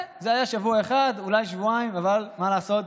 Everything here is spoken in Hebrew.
זה היה שבוע אחד, אולי שבועיים, אבל מה לעשות,